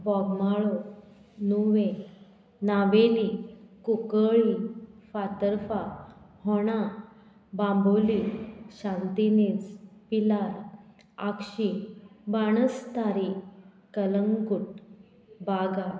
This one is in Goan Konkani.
बोगमाळो नुवें नावेली कुकळ्ळी फातर्फा होणा बांबोली शांतीनेज पिलार आक्षी बाणस्तारी कलंगूट बागा